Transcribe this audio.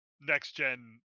next-gen